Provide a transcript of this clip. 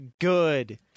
good